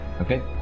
okay